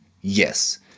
Yes